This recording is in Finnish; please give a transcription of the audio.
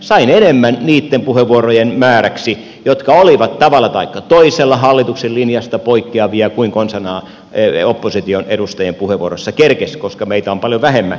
sain enemmän niitten puheenvuorojen määräksi jotka olivat tavalla taikka toisella hallituksen linjasta poikkeavia kuin opposition edustajien puheenvuoroissa kerkesi konsanaan olla koska meitä on paljon vähemmän